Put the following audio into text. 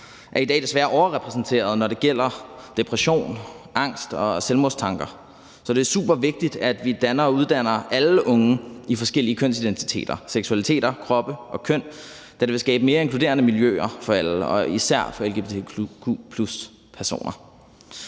er i dag desværre overrepræsenteret, når det gælder depression, angst og selvmordstanker. Så det er super vigtigt, at vi danner og uddanner alle unge i forskellige kønsidentiteter, seksualiteter, kroppe og køn, da det vil skabe mere inkluderende miljøer for alle og især for lgbtq+-personer.